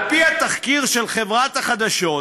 על פי התחקיר של חברת החדשות,